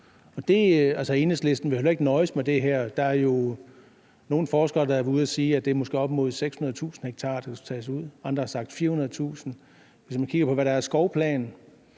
og Enhedslisten vil jo heller ikke nøjes med det her. Der er jo nogle forskere, der har været ude at sige, at det måske er op imod 600.000 ha, der skal tages ud, mens andre har sagt 400.000 ha. Hvis man kigger på, hvad der er af skovplaner